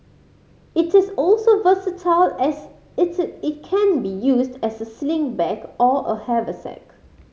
it is also versatile as it it can be used as a sling bag or a haversack